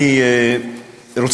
אני משוכנע,